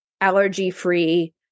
allergy-free